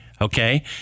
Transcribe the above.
Okay